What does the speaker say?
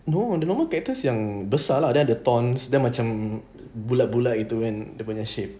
no the normal cactus yang besar dia ada thorns then macam bulat-bulat gitu and dia punya shape